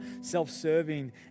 self-serving